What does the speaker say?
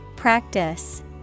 Practice